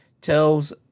tells